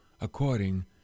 according